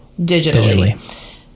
digitally